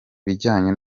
bijyanye